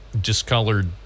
discolored